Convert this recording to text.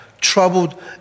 troubled